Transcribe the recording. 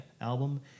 album